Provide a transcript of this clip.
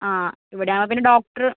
ആ ഇവിടെയാവുമ്പോ പിന്നെ ഡോക്ടർ